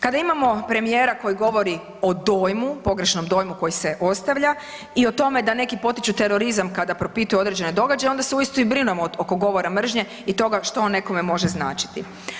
Kada imamo premijera koji govori o dojmu, pogrešnom dojmu koji se ostavlja i o tome da neki potiču terorizam kada propituju određene događaje onda se uistinu i brinemo oko govora mržnje i toga što on nekome može značiti.